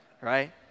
right